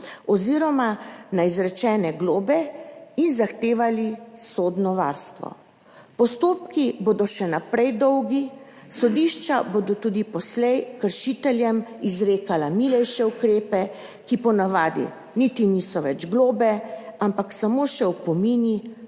oziroma na izrečene globe in zahtevali sodno varstvo. Postopki bodo še naprej dolgi, sodišča bodo tudi poslej kršiteljem izrekala milejše ukrepe, ki po navadi niti niso več globe, ampak samo še opomini